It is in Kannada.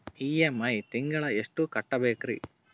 ಇ.ಎಂ.ಐ ತಿಂಗಳ ಎಷ್ಟು ಕಟ್ಬಕ್ರೀ?